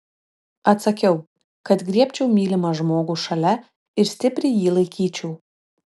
atsakiau kad griebčiau mylimą žmogų šalia ir stipriai jį laikyčiau